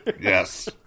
Yes